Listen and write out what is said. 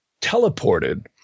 teleported